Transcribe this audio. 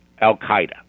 al-Qaeda